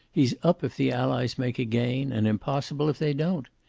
he's up if the allies make a gain, and impossible if they don't.